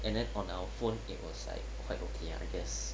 and then on our phone it was like quite okay lah I guess